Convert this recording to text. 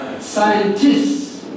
scientists